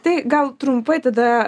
tai gal trumpai tada